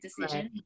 decision